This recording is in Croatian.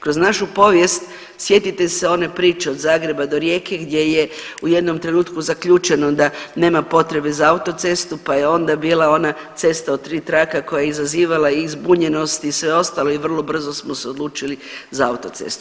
Kroz našu povijest sjetite se one priče od Zagreba do Rijeke gdje je u jednom trenutku zaključeno da nema potreba za autocestu pa je onda bila ona cesta od 3 traka koja je izazivala i zbunjenost i sve ostalo i vrlo brzo smo se odlučili za autocestu.